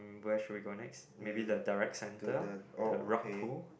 where should we go next maybe the direct centre the rock pool